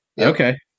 okay